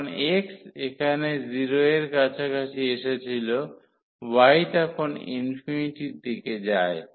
যখন x এখানে 0 এর কাছাকাছি এসেছিল y তখন এর দিকে যায়